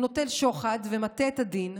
והוא נוטל שוחד ומטה את הדין,